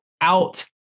out